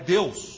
Deus